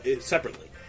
Separately